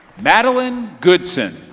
madeline goodson.